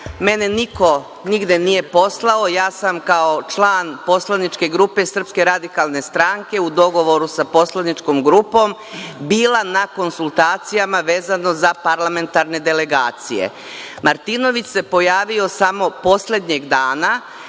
Mene niko nigde nije poslao, ja sam kao član poslaničke grupe SRS u dogovoru sa poslaničkom grupom bila na konsultacijama vezano za parlamentarne delegacije. Martinović se pojavio samo poslednjeg dana